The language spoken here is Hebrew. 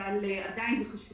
אבל עדיין זה חשוב